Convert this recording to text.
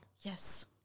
yes